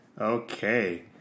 okay